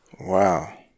Wow